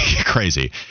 Crazy